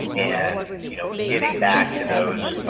and you know getting back to those